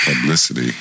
publicity